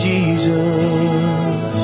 Jesus